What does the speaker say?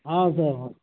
ہاں سر ہاں